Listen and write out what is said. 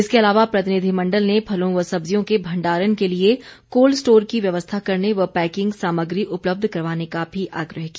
इसके अलावा प्रतिनिधिमंडल ने फलों व सब्जियों के भण्डारण के लिए कोल्ड स्टोर की व्यवस्था करने व पैकिंग सामग्री उपलब्ध करवाने का भी आग्रह किया